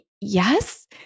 yes